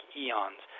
eons